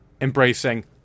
embracing